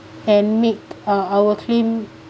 and make uh our claim